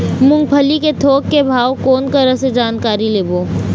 मूंगफली के थोक के भाव कोन करा से जानकारी लेबो?